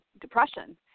depression